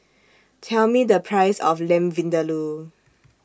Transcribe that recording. Tell Me The Price of Lamb Vindaloo